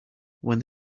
when